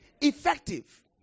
effective